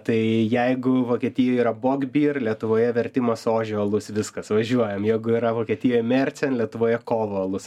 tai jeigu vokietijoj yra bogbir lietuvoje vertimas ožio alus viskas važiuojam jeigu yra vokietijoj mercen lietuvoje kovo alus